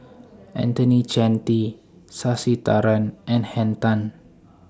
Anthony Chen T Sasitharan and Henn Tan